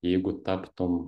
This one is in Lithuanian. jeigu taptum